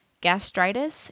gastritis